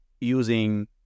using